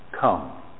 come